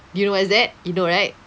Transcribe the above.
you know what is that you know right